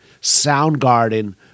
Soundgarden